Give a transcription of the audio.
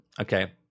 Okay